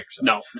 No